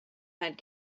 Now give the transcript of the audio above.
had